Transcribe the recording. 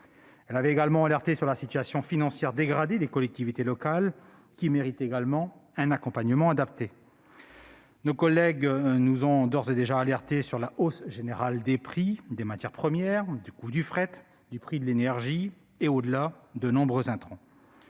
Elle avait également alerté sur la situation financière dégradée des collectivités locales, qui méritent aussi un accompagnement adapté. Nos collègues nous ont d'ores et déjà alertés sur la hausse générale des prix des matières premières, du coût du fret, du prix de l'énergie et, au-delà, de nombreux intrants.